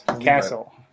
castle